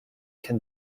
can